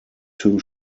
two